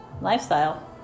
Lifestyle